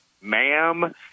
ma'am